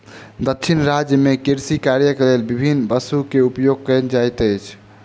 दक्षिण राज्य में कृषि कार्यक लेल विभिन्न पशु के उपयोग कयल जाइत अछि